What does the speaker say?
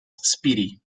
speedy